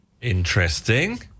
Interesting